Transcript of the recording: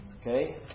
Okay